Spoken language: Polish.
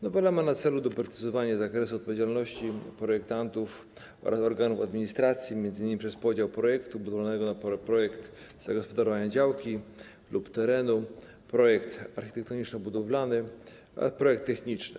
Nowela ma na celu doprecyzowanie zakresu odpowiedzialności projektantów oraz organów administracji, m.in. przez podział projektu budowlanego na projekt w celu zagospodarowania działki lub terenu, projekt architektoniczno-budowlany, projekt techniczny.